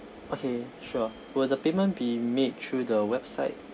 okay sure will the payment be made through the website